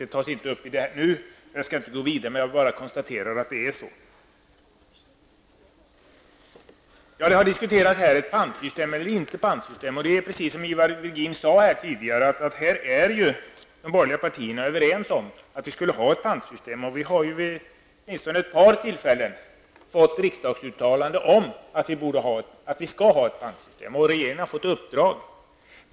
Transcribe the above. Detta tas inte upp nu, och jag skall inte tala om det vidare, men jag vill bara konstatera att det är så. Det har här diskuterats om vi skall ha pantsystem eller inte. Som Ivar Virgin sade tidigare, är ju de borgerliga partierna överens om att vi skall ha ett pantsystem. Vid åtminstone ett par tillfällen har vi fått riksdagsuttalanden om att vi skall ha ett pantsystem, och regeringen har fått ett uppdrag i detta syfte.